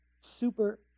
super